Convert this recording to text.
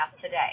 today